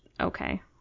okay